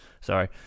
Sorry